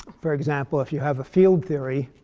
for example, if you have a field theory